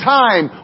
time